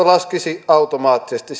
laskisi automaattisesti